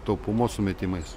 taupumo sumetimais